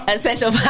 Essential